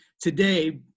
today